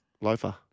Loafer